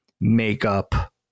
makeup